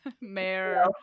Mayor